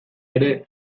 ere